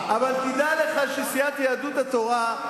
אבל תדע לך שסיעת יהדות התורה,